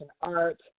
art